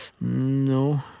No